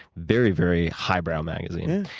very, very highbrow magazine.